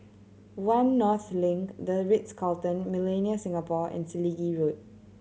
One North Link The Ritz Carlton Millenia Singapore and Selegie Road